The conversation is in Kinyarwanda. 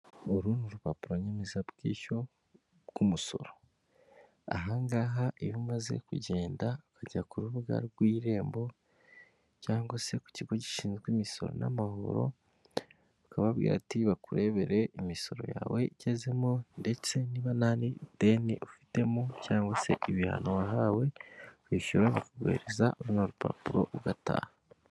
Uru ni rupapuro nyemezabwishyu bw'umusoro. Aha ngaha iyo umaze kugenda ukajya ku rubuga rw'irembo cyangwa se ku kigo gishinzwe imisoro n'amahoro, ukababwira ati bakurebere imisoro yawe igezemo ndetse niba nta n'ideni ufitemo cyangwa se ibihano wahawe kwishyura, baguhereza runo rupapuro ugataha.